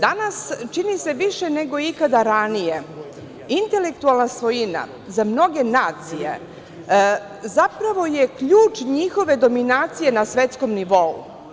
Danas, čini se više nego ikada ranije intelektualna svojina za mnoge nacije, zapravo je ključ njihove dominacije na svetskom nivou.